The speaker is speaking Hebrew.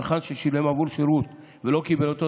צרכן ששילם עבור שירות ולא קיבל אותו,